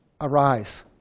arise